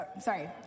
sorry